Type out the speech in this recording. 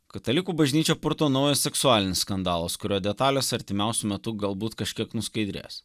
katalikų bažnyčią purto naujas seksualinis skandalas kurio detalės artimiausiu metu galbūt kažkiek nuskaidrės